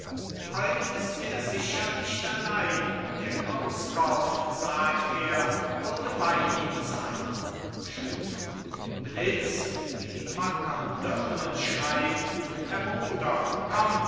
heut ist er sicher nicht allein der krauskopf sagt er würde bey ihm seyn schüler blitz wie die wackern dirnen schreiten herr bruder komm